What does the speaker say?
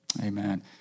Amen